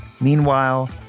Meanwhile